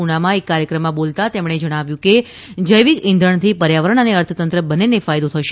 પૂનામાં એક કાર્યક્રમમાં બોલતા તેમણે જણાવ્યું કે જૈવિક ઇંઘણથી પર્યાવરણ અને અર્થતંત્ર બંનેને ફાયદો થશે